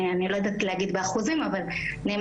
אני לא יודעת להגיד באחוזים אבל נאמר